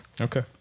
Okay